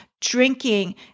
drinking